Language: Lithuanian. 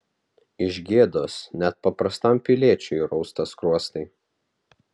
iš gėdos net paprastam piliečiui rausta skruostai